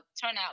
turnout